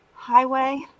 highway